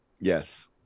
Yes